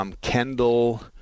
Kendall